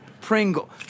Pringle